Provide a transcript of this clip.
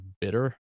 bitter